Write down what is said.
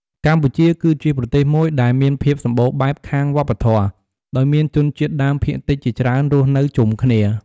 កម្ពុជាគឺជាប្រទេសមួយដែលមានភាពសម្បូរបែបខាងវប្បធម៌ ដោយមានជនជាតិដើមភាគតិចជាច្រើនរស់នៅជុំគ្នា។